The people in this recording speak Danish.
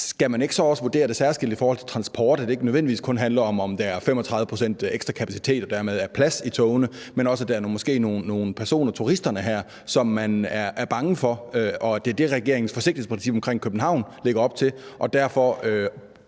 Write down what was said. Skal man så ikke også vurdere det særskilt i forhold til transport? For det handler ikke nødvendigvis kun om, at der er 35 pct. ekstra kapacitet og dermed plads i togene, men også om, at der måske er nogle personer, altså turisterne her, som man er bange for, og at det er det, som regeringens forsigtighedsprincip omkring København lægger op til. Og derfor